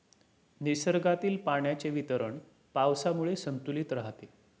निसर्गातील पाण्याचे वितरण पावसामुळे संतुलित राहते